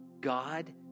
God